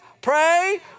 pray